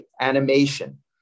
animation